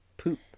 Poop